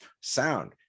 sound